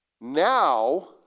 now